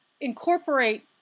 incorporate